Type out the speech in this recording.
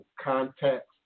context